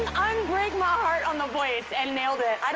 un-break my heart on the voice and nailed it. i